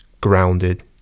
grounded